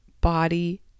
body